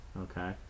Okay